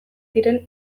diren